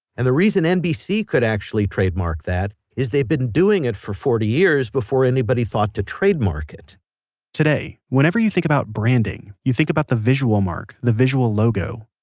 and the reason nbc could actually trademark that is they'd been doing it for forty years before anybody thought to trademark it today, whenever you think about branding, you think about the visual mark, the visual logo,